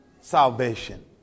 salvation